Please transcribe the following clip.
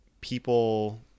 people